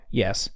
yes